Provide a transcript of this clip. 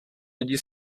lidí